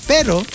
Pero